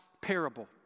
parable